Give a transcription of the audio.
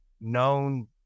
known